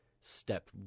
step